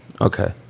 Okay